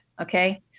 okay